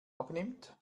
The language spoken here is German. abnimmt